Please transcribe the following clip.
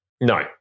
No